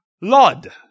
Lord